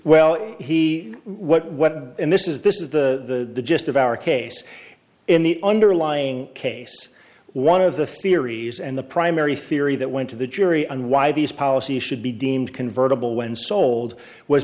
what this is this is the gist of our case in the underlying case one of the theories and the primary theory that went to the jury and why these policy should be deemed convertible when sold was